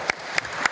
Hvala